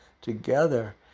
together